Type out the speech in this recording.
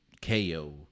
KO